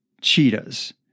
cheetahs